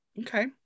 Okay